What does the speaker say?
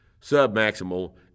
submaximal